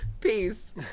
Peace